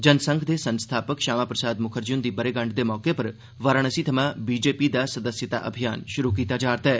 जन संघ दे संस्थापक ष्यामा प्रसाद मुखर्जी हुंदी ब'रेगंड दे मौके उप्पर वाराणसी थमां बीजेपी दा सदस्यता अभियान षुरु कीता जा'रदा ऐ